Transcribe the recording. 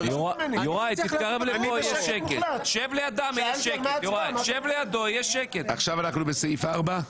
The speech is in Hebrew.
עכשיו אנחנו בסעיף 4?